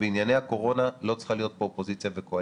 בענייני הקורונה לא צריכה להיות פה אופוזיציה וקואליציה,